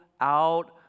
out